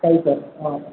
five star ఆ